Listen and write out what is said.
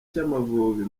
cy’amavubi